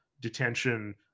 detention